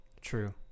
True